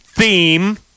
theme